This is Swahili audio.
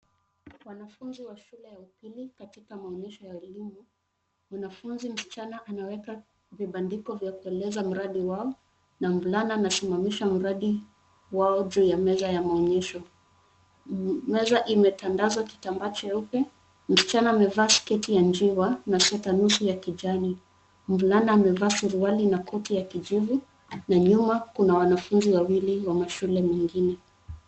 Wanafunzi wa shule ya upili katika maonyesho ya elimu. Mwanafunzi mscichana anaweka vipandiko vya kueleza mradi wao na mvulana anasimamisha mradi wao juu ya .Meza ya maonyesho meza imetandazwa kitambaa cheupe, msichana amevaa sketi ya njiwa na sweta nusu ya kijani. Mvulana amevaa suruali na koti ya kijivu na nyuma kuna wanafunzi wawili wa mashule mengine.